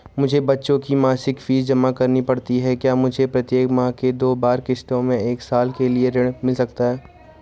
मुझे बच्चों की मासिक फीस जमा करनी पड़ती है क्या मुझे प्रत्येक माह में दो बार किश्तों में एक साल के लिए ऋण मिल सकता है?